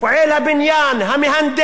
פועל הבניין, המהנדס,